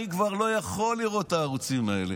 אני כבר לא יכול לראות את הערוצים האלה.